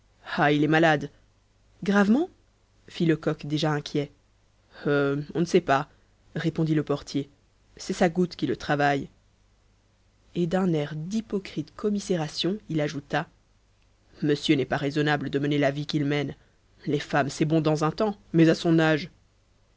ah il est malade gravement fit lecoq déjà inquiet heu on ne sait pas répondit le portier c'est sa goutte qui le travaille et d'un air d'hypocrite commisération il ajouta monsieur n'est pas raisonnable de mener la vie qu'il mène les femmes c'est bon dans un temps mais à son âge